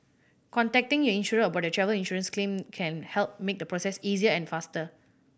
contacting your insurer about your travel insurance claim can help make the process easier and faster